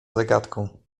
zagadką